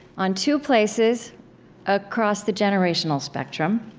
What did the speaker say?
on two places across the generational spectrum,